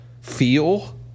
feel